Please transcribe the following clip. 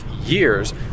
years